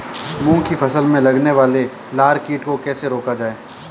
मूंग की फसल में लगने वाले लार कीट को कैसे रोका जाए?